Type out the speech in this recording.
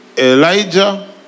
Elijah